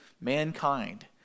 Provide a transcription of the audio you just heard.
mankind